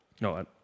no